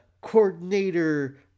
coordinator